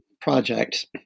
project